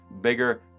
bigger